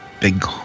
big